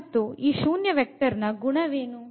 ಮತ್ತುಈ ಶೂನ್ಯ vectorನ ಗುಣವೇನು